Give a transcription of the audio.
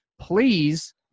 please